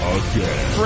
again